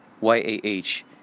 Y-A-H